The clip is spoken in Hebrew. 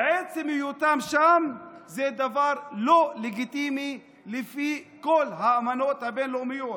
שעצם היותם שם זה דבר לא לגיטימי לפי כל האמנות הבין-לאומיות,